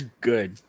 good